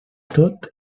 tot